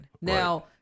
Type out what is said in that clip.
Now